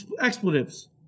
expletives